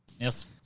Yes